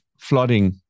flooding